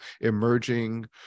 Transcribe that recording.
emerging